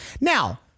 now